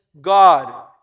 God